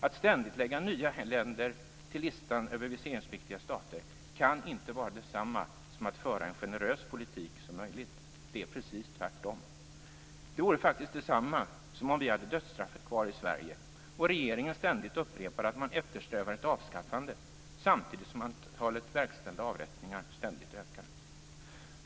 Att ständigt lägga nya länder till listan över viseringspliktiga stater kan inte vara detsamma som att föra en så generös politik som möjligt. Det är precis tvärtom. Det vore faktiskt detsamma som om vi hade dödsstraffet kvar i Sverige och regeringen ständigt upprepade att man eftersträvar ett avskaffande - samtidigt som antalet verkställda avrättningar ständigt ökade.